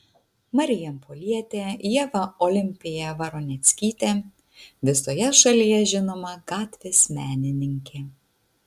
marijampolietė ieva olimpija voroneckytė visoje šalyje žinoma gatvės menininkė